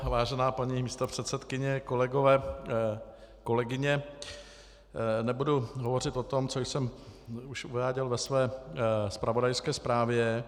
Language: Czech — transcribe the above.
Vážená paní místopředsedkyně, kolegyně, kolegové, nebudu hovořit o tom, co jsem už uváděl ve své zpravodajské zprávě.